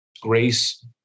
grace